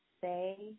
say